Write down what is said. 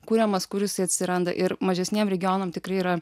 kuriamas kur jisai atsiranda ir mažesniem regionam tikrai yra